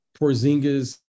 Porzingis